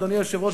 אדוני היושב-ראש,